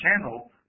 channel